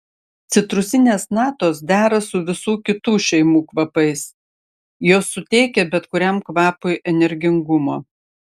citrusinės natos dera su visų kitų šeimų kvapais jos suteikia bet kuriam kvapui energingumo